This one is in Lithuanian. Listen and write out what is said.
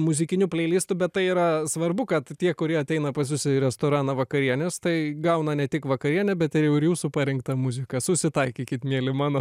muzikiniu pleilistu bet tai yra svarbu kad tie kurie ateina pas jus į restoraną vakarienės tai gauna ne tik vakarienę bet ir jau ir jūsų parinktą muziką susitaikykit mieli mano